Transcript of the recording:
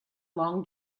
long